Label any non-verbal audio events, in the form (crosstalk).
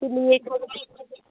(unintelligible)